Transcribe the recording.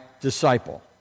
disciple